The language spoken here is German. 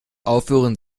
aufhören